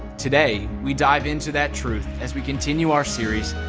today we dive into that truth as we continue our series,